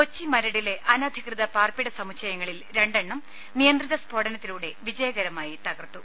കൊച്ചി മരടിലെ അനധികൃത പാർപ്പിട സമുച്ചയങ്ങളിൽ രണ്ടെണ്ണം നിയന്ത്രിത സ്ഫോടനത്തിലൂടെ വിജയകരമായി തകർത്തു